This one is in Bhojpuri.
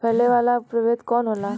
फैले वाला प्रभेद कौन होला?